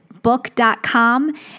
book.com